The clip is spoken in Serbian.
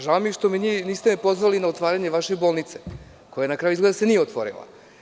Žao mi je što me niste pozvali na otvaranje vaše bolnice, koja se na kraju izgleda nije otvorila.